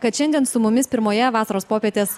kad šiandien su mumis pirmoje vasaros popietės